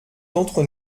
d’entre